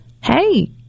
Hey